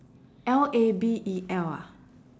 L A B E L ah